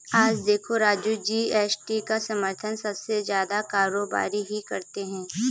आज देखो राजू जी.एस.टी का समर्थन सबसे ज्यादा कारोबारी ही करते हैं